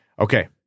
Okay